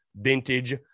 vintage